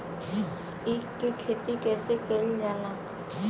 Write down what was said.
ईख क खेती कइसे कइल जाला?